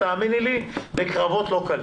תאמיני לי שהצלחנו להביא את זה בקרבות לא קלים.